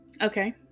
Okay